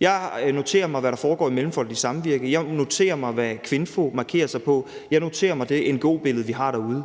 Jeg noterer mig, hvad der foregår i Mellemfolkeligt Samvirke, jeg noterer mig, hvad KVINFO markerer sig på, jeg noterer mig det ngo-billede, vi har derude.